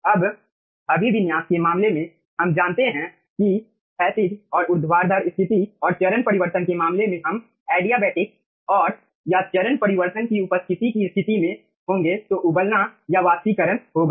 अब अभिविन्यास के मामले में हम जानते हैं कि क्षैतिज और ऊर्ध्वाधर स्थिति और चरण परिवर्तन के मामले में हम एडियाबैटिक और या चरण परिवर्तन की उपस्थिति की स्थिति में होंगे तो उबलना या वाष्पीकरण होगा